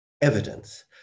evidence